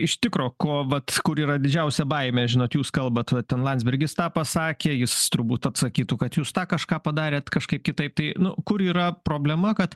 iš tikro ko vat kur yra didžiausia baimė žinot jūs kalbat vat ten landsbergis tą pasakė jis turbūt atsakytų kad jūs tą kažką padarėt kažkaip kitaip tai nu kur yra problema kad